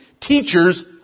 teachers